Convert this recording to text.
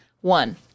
One